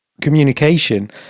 communication